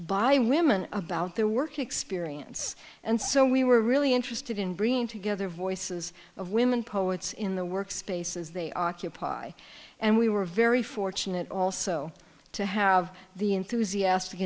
by women about their work experience and so we were really interested in bringing together voices of women poets in the workspaces they occupy and we were very fortunate also to have the enthusiastic